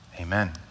amen